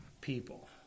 people